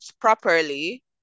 properly